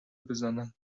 بزنند